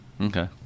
Okay